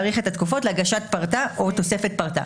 להאריך את התקופות להגשת פרטה או תוספת פרטה".